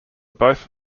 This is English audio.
both